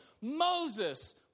Moses